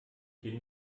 bin